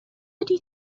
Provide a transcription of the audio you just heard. ydy